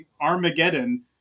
Armageddon